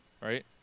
right